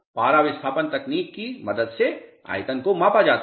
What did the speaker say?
पारा विस्थापन तकनीक की मदद से आयतन को मापा जाता है